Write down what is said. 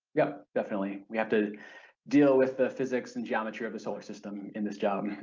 yep definitely we have to deal with the physics and geometry of the solar system in this job.